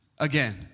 again